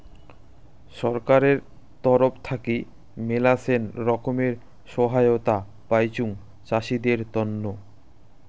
ছরকারের তরফ থাকি মেলাছেন রকমের সহায়তায় পাইচুং চাষীদের তন্ন